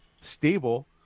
stable